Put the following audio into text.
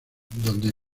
donde